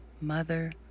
mother